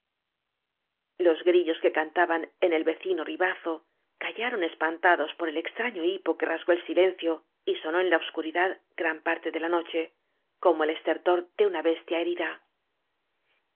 los grillos que cantaban en el vecino ribazo callaron espantados por el extraño hipo que rasgó el silencio y sonó en la obscuridad gran parte de la noche como el es tertor de una bestia herida